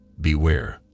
beware